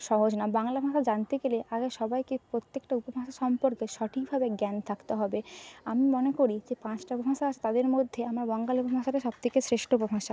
সহজ না বাংলা ভাষা জানতে গেলে আগে সবাইকে প্রত্যেকটা উপভাষা সম্পর্কে সঠিকভাবে জ্ঞান থাকতে হবে আমি মনে করি যে পাঁচটা উপভাষা আছে তাদের মধ্যে আমার বঙ্গালী উপভাষাটা সবথেকে শ্রেষ্ঠ উপভাষা